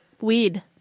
Weed